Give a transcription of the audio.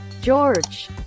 George